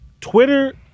Twitter